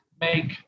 make